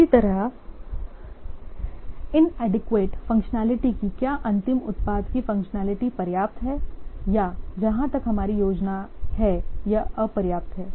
इसी तरह inadequate functionality कि क्या अंतिम उत्पाद की फंक्शनैलिटी पर्याप्त है या जहां तक हमारी योजना है या यह अपर्याप्त है